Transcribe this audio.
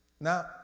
Now